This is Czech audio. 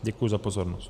Děkuji za pozornost.